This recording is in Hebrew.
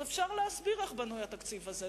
אז אפשר להסביר איך בנוי התקציב הזה.